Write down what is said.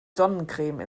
sonnencreme